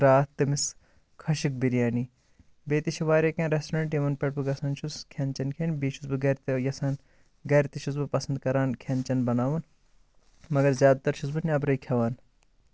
تٔمِس خۄشک بِریانی بیٚیہِ تہِ چھِ واریاہ کینٛہہ ریسٹورنٛٹ یِمن پٮ۪ٹھ بہٕ گَژھان چھُس کھٮ۪ن چین کھٮ۪نہِ بیٚیہِ چھُس بہٕ گَرِ تہِ یَژھان گَرِ تہِ چھُس بہٕ پَسنٛد کَران کھٮ۪ن چین بَناوُن مگر زیادٕ تر چھُس بہٕ نیبرٕے کھٮ۪وان